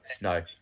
no